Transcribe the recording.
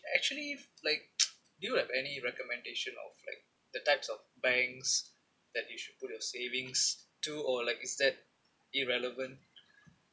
actually like do you have any recommendation of like the types of banks that you should put your savings to or like is that irrelevant